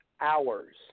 hours